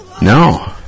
No